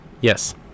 Yes